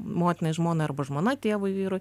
motinai žmonai arba žmona tėvui vyrui